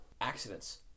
accidents